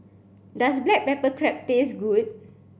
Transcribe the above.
does black pepper crab taste good